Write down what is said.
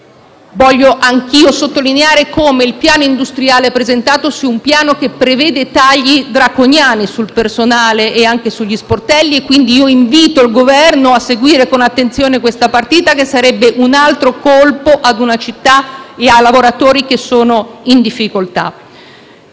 voglio anch'io sottolineare come il piano industriale presentato sia un piano che prevede tagli draconiani sul personale e anche sugli sportelli. Quindi, invito il Governo a seguire con attenzione questa partita, che sarebbe un altro colpo ad una città e a lavoratori che sono in difficoltà.